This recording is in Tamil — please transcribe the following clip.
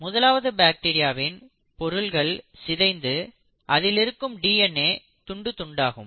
முதலாவது பாக்டீரியாவின் பொருட்கள் சிதைந்து அதிலிருக்கும் டி என் ஏ துண்டு துண்டாகும்